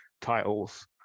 titles